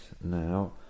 now